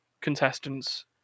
contestants